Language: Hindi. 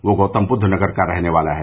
वह गौतमबृद्व नगर का रहने वाला है